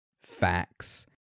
facts